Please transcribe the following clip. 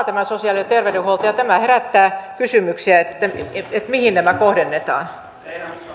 tämä sosiaali ja terveydenhuolto on kuitenkin henkilöstövaltainen ala niin tämä herättää kysymyksiä mihin nämä kohdennetaan